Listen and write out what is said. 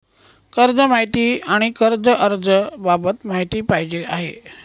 कर्ज माहिती आणि कर्ज अर्ज बाबत माहिती पाहिजे आहे